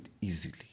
easily